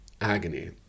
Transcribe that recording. agony